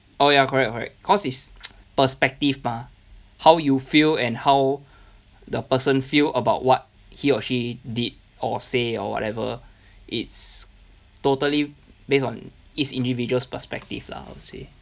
orh ya correct correct cause it's perspective mah how you feel and how the person feel about what he or she did or say or whatever it's totally based on each individual's perspective lah I'd say